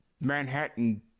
Manhattan